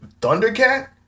thundercat